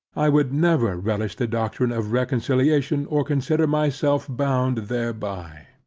i could never relish the doctrine of reconciliation, or consider myself bound thereby.